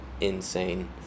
insane